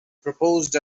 proposed